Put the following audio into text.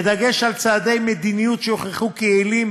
בדגש על צעדי מדיניות שהוכחו כיעילים